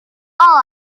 all